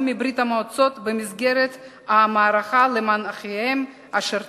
מברית-המועצות במסגרת המערכה למען אחיהם אשר